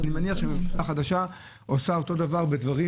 אני מניח שהממשלה החדשה עושה אותו דבר בדברים